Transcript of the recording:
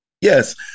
yes